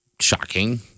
Shocking